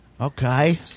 Okay